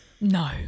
no